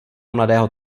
mladého